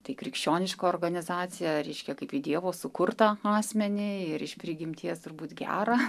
tai krikščioniška organizacija reiškia kaip į dievo sukurtą asmenį ir iš prigimties turbūt gerą